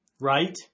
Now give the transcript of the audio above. right